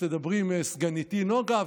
תדברי עם סגניתי נוגה,